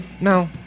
no